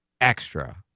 extra